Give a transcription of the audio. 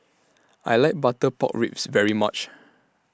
I like Butter Pork Ribs very much